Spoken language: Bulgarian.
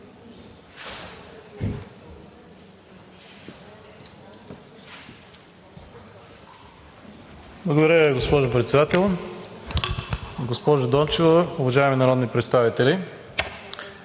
Благодаря Ви, госпожо Председател. Госпожо Дончева, уважаеми народни представители!